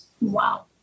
Wow